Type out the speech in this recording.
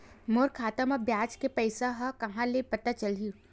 मोर खाता म ब्याज के पईसा ह कहां ले पता चलही?